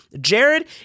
Jared